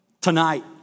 tonight